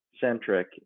centric